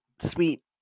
sweet